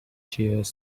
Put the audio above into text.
chairs